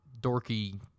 dorky